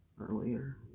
earlier